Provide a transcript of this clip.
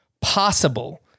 possible